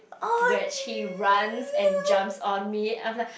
which he runs and jumps on me I'm like